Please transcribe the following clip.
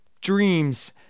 dreams